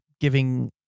giving